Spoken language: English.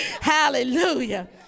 Hallelujah